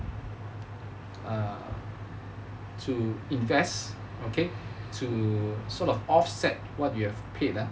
err to invest okay to sort of offset what you have paid ah